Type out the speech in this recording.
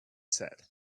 said